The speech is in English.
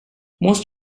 most